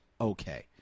okay